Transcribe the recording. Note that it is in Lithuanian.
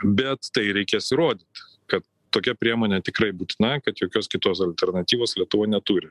bet tai reikės įrodyt kad tokia priemonė tikrai būtina kad jokios kitos alternatyvos lietuva neturi